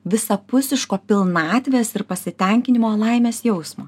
visapusiško pilnatvės ir pasitenkinimo laimės jausmo